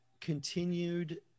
continued